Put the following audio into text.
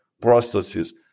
processes